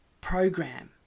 program